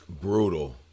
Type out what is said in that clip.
brutal